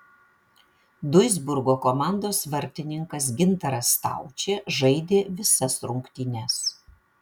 duisburgo komandos vartininkas gintaras staučė žaidė visas rungtynes